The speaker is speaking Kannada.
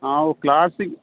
ನಾವು ಕ್ಲಾಸಿಗೆ